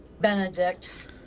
Benedict